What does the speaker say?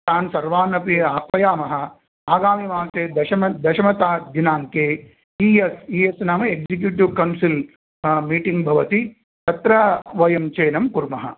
तान् सर्वानपि आह्वयामः आगामिमासे दशम दशमतात् दिनाङ्के इ एस् इ एस् नाम एक्सिक्यूटिव् कौन्सिल् मीटिंग् भवति तत्र वयं चयनं कुर्मः